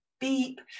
beep